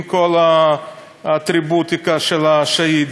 עם כל האטריבוטיקה של השהידים,